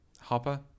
Hopper